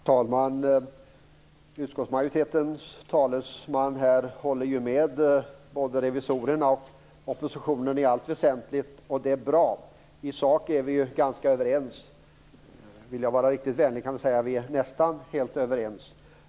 Herr talman! Utskottsmajoritetens talesman här håller med både Revisorerna och oppositionen i allt väsentligt. Det är bra. I sak är vi alltså ganska överens. För att vara riktigt vänlig kan jag säga att vi är nästan helt överens.